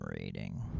rating